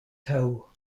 tow